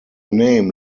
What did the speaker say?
name